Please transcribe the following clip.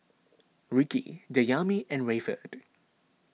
Ricki Dayami and Rayford